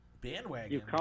bandwagon